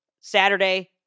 saturday